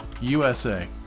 USA